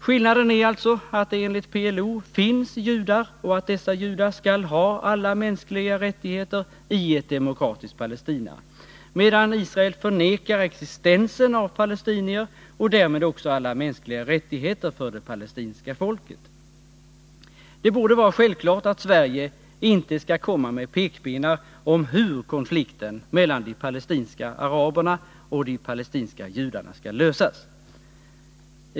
Skillnaden är alltså att det enligt PLO finns judar och att dessa judar skall ha alla mänskliga rättigheter i ett demokratiskt Palestina, medan Israel förnekar existensen av palestinier och därmed också alla mänskliga rättigheter för det palestinska folket. Det borde vara självklart att Sverige inte skall komma med pekpinnar om hur konflikten mellan de palestinska araberna och de palestinska judarna skall lösas.